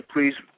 Please